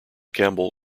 campbell